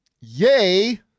Yay